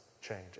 change